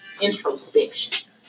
Introspection